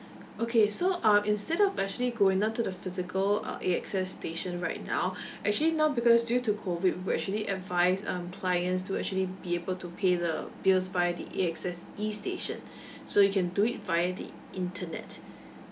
okay so uh instead of actually going down to the physical uh A_X_S station right now actually now because due to COVID we'd actually advise um clients to actually be able to pay the bills by the A_X_S e station so you can do it via the internet